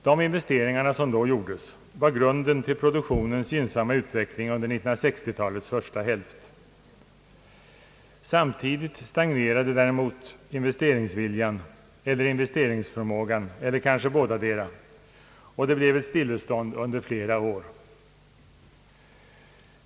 De investeringar som då gjordes var grunden till produktionens gynnsamma utveckling under 1960-talets första hälft. Samtidigt stagnerade däremot investeringsviljan eller investeringsförmågan, kanske bådadera, och det blev ett stillestånd under flera år.